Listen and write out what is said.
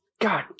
God